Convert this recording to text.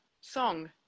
song